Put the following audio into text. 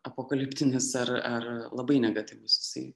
apokaliptinis ar ar labai negatyvus jisai